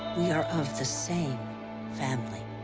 we are of the same family.